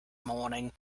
morning